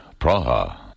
Praha